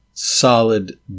Solid